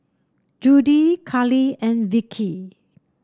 Judie Carli and Vickie